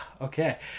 Okay